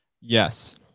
Yes